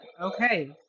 Okay